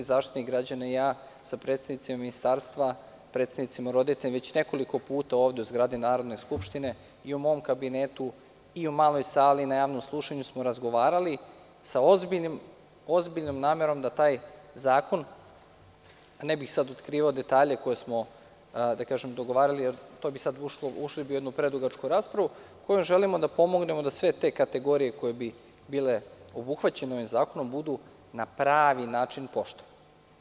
Zaštitnik građana i ja sa predstavnicima ministarstva i roditelja već nekoliko puta, ovde, u zgradi Narodne skupštine i u mom kabinetu i u maloj sali na javnom slušanju smo razgovarali sa ozbiljnom namerom da taj zakon, ne bih sada otkrivao detalje koje smo dogovarali, jer bi ušli u jednu predugačku raspravu, kojim želimo da pomognemo da sve te kategorije koje bi bile obuhvaćene ovim zakonom budu na pravi način poštovane.